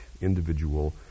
individual